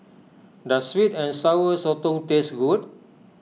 does Sweet and Sour Sotong taste good